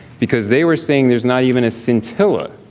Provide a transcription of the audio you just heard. because they were saying there's not even a scintilla,